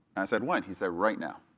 i said, when? he said, right now,